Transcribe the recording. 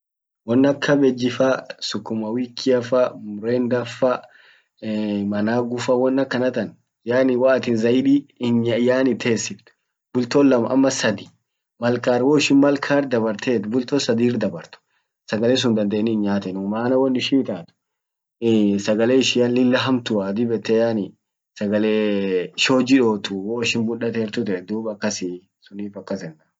Won ak cabbage faa sukuma wiki faa mrenga faa managu faa won akana tan yani woatin zaidi yani tesift bulto lam ama sadi malkar woishin malkar dabartett bulto sadir dabart sagale sun dandeni hin nyaatanuu mana won ishin itaat sagale ishia lilla hamtua dib yette yani sagale shoji dootu woishin mda dertu teett dum akasii sunif akas yenna.